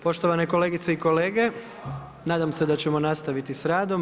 Poštovane kolegice i kolege, nadam se da ćemo nastaviti sa radom.